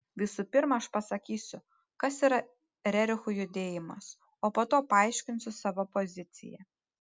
visų pirma aš pasakysiu kas yra rerichų judėjimas o po to paaiškinsiu savo poziciją